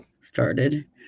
started